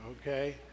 okay